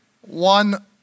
one